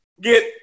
get